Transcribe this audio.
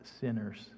sinners